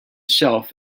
shelf